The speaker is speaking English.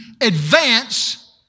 advance